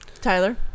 Tyler